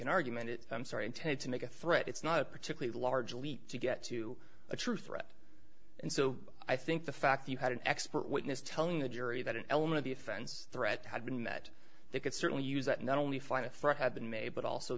an argument it i'm sorry intended to make a threat it's not a particularly large leap to get to a true threat and so i think the fact you had an expert witness telling the jury that an element of the offense threat had been that they could certainly use that not only find a threat had been made but also